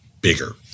bigger